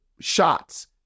shots